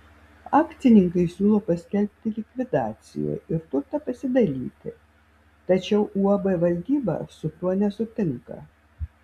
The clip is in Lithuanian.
akcininkai siūlo paskelbti likvidaciją ir turtą pasidalyti tačiau uab valdyba su tuo nesutinka